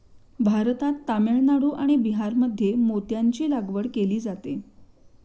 भारतात तामिळनाडू आणि बिहारमध्ये मोत्यांची लागवड केली जाते